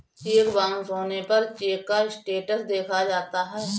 check bounce होने पर cheque का स्टेटस देखा जाता है